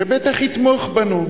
שבטח יתמוך בנו.